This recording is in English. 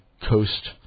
coast